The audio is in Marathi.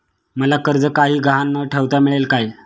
मला कर्ज काही गहाण न ठेवता मिळेल काय?